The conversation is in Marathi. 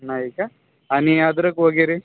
नाही का आणि अद्रक वगैरे